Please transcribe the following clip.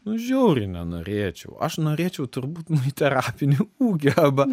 nu žiauriai nenorėčiau aš norėčiau turbūt nu į terapinį ūkį arba